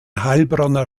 heilbronner